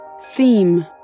theme